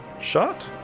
shot